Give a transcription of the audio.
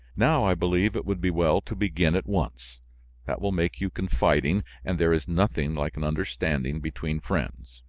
now i believe it would be well to begin at once that will make you confiding, and there is nothing like an understanding between friends.